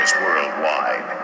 worldwide